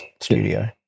studio